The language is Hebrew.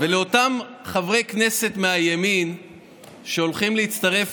לאותם חברי כנסת מהימין שהולכים להצטרף